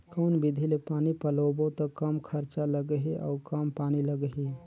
कौन विधि ले पानी पलोबो त कम खरचा लगही अउ कम पानी लगही?